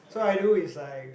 so I do is like